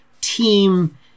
team